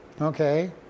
Okay